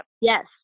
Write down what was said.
yes